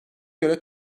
göre